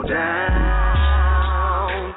down